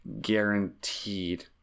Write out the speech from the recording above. guaranteed